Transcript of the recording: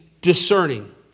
discerning